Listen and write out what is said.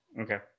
Okay